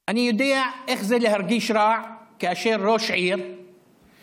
אני יודע איך זה להרגיש רע כאשר ראש העיר בא